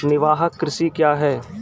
निवाहक कृषि क्या हैं?